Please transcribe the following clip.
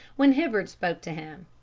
when hibbard spoke to him.